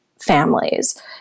families